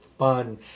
fun